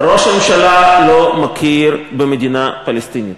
ראש הממשלה לא מכיר במדינה פלסטינית.